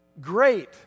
Great